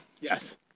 Yes